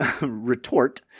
retort